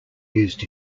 used